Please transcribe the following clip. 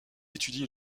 étudie